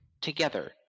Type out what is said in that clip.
together